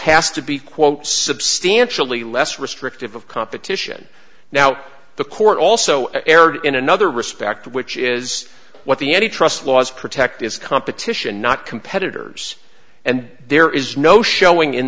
has to be quote substantially less restrictive of competition now the court also erred in another respect which is what the any trust laws protect is competition not competitors and there is no showing in